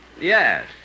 Yes